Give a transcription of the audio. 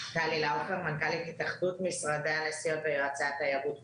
מנכ"לית התאחדות משרדי הנסיעות ויועצי התיירות בישראל.